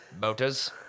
Motors